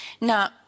Now